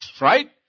right